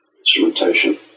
instrumentation